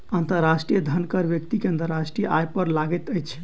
अंतर्राष्ट्रीय धन कर व्यक्ति के अंतर्राष्ट्रीय आय पर लगैत अछि